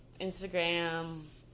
Instagram